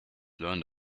learned